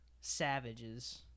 savages